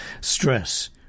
stress